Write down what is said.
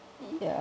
yeah